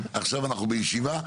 עכשיו אנחנו בישיבה.